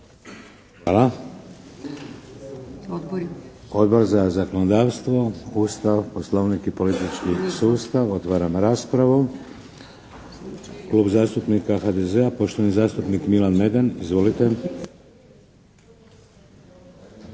Hvala. Odbor za zakonodavstvo, Ustav, Poslovnik i politički sustav. Otvaram raspravu. Klub zastupnika HDZ-a poštovani zastupnik Milan Meden. Izvolite.